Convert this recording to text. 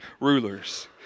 rulers